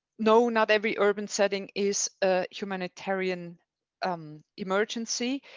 no, not every urban setting is a humanitarian um emergency.